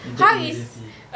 urgent emergency